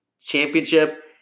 championship